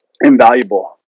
invaluable